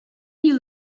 you